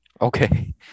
okay